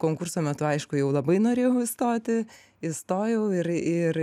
konkurso metu aišku jau labai norėjau įstoti įstojau ir ir